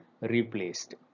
replaced